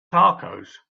tacos